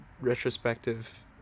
retrospective